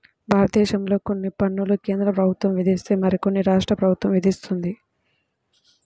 భారతదేశంలో కొన్ని పన్నులు కేంద్ర ప్రభుత్వం విధిస్తే మరికొన్ని రాష్ట్ర ప్రభుత్వం విధిస్తుంది